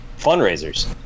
fundraisers